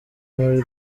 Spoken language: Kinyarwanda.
muri